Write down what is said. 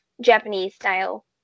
Japanese-style